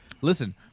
Listen